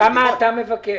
כמה אתה מבקש?